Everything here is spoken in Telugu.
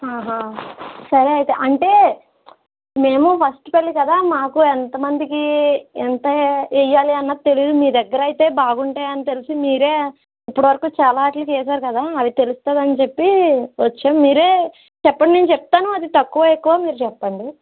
సరే అయితే అంటే మేము ఫస్ట్ పెళ్లి కదా మాకు ఎంత మందికి ఎంత వెయ్యాలి అన్నది తెలీదు మీ దగ్గర అయితే బాగుంటాయని తెలుసు మీరే ఇప్పటివరకు చాలా వాటికి వేశారు కదా తెలుస్తది అని చెప్పి వచ్చాము మీరే చెప్పండి నేను చెప్తాను అది తక్కువో ఎక్కువో మీరు చెప్పండి